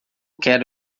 quero